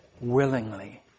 willingly